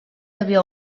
havia